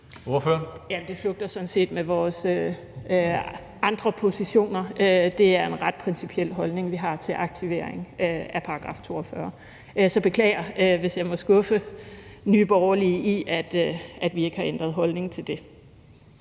Det flugter sådan set med vores andre positioner. Det er en ret principiel holdning, vi har til aktivering af § 42. Så jeg beklager, hvis jeg må skuffe Nye Borgerlige i, at vi ikke har ændret holdning til det.